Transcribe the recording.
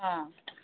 ꯑꯥ